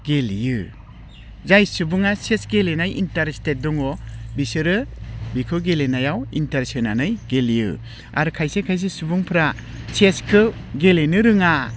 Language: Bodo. गेलेयो जाय सुबुङा चेस गेलेनाय इन्टारेस्टेट दङ बिसोरो बिखौ गेलेनायाव इन्टारेस्ट होनानै गेलेयो आरो खायसे खायसे सुबुंफ्रा चेसखौ गेलेनो रोङा